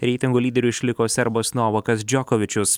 reitingo lyderiu išliko serbas novakas džokovičius